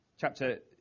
Chapter